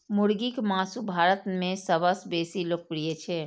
मुर्गीक मासु भारत मे सबसं बेसी लोकप्रिय छै